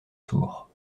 sourds